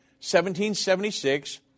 1776